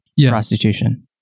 prostitution